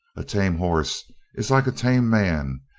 a tame horse is like a tame man,